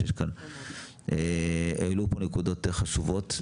העלו פה נקודות חשובות.